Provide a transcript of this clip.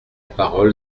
parole